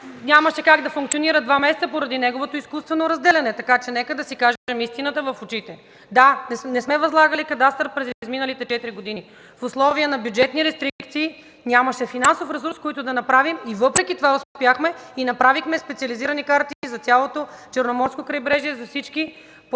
нямаше как да функционира два месеца поради неговото изкуствено разделяне, така че нека да си кажем истината в очите. Да, не сме възлагали кадастър през изминалите четири години. В условията на бюджетни рестрикции нямаше финансов ресурс, с който да направим. Въпреки това успяхме и направихме специализирани карти за цялото Черноморско крайбрежие, за всички плажове